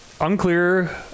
unclear